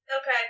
Okay